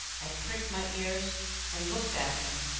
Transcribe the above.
i pricked my ears and looked at him.